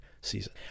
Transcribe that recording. season